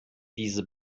diese